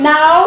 Now